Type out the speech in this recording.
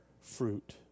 fruit